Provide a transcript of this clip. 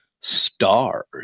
stars